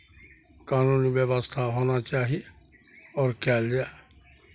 कानूनी व्यवस्था होना चाही आओर कयल जाय